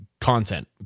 content